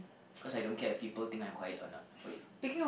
cause I don't care if people think I'm quiet or not